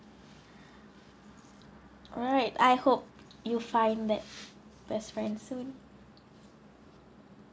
alright I hope you'll find that best friend soon